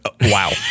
Wow